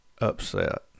upset